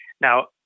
Now